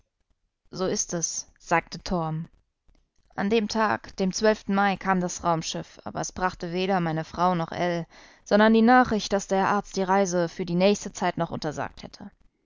so ist es sagte torm an dem tag dem zwölfmal kam das raumschiff aber es brachte weder meine frau noch ell sondern die nachricht daß der arzt die reise für die nächste zeit noch untersagt hätte